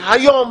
היום,